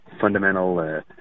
fundamental